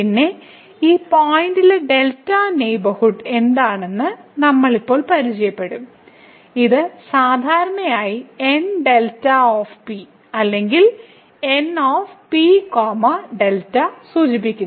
പിന്നെ ഈ പോയിന്റിലെ ഡെൽറ്റ നെയ്ബർഹുഡ് എന്താണെന്ന് നമ്മൾ ഇപ്പോൾ പരിചയപ്പെടുത്തും ഇത് സാധാരണയായി Nδ അല്ലെങ്കിൽ NPδ സൂചിപ്പിക്കുന്നു